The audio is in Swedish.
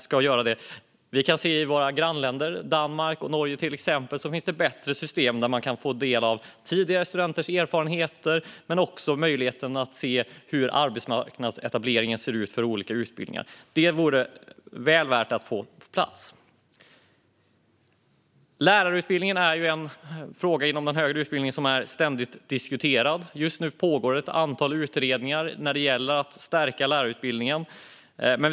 Till exempel finns det i våra grannländer Danmark och Norge bättre system, där man kan få del av tidigare studenters erfarenheter och få möjlighet att se hur arbetsmarknadsetableringen ser ut för olika utbildningar. Detta vore väl värt att få på plats. Lärarutbildningen är en fråga inom den högre utbildningen som är ständigt diskuterad. Just nu pågår ett antal utredningar när det gäller att stärka lärarutbildningen.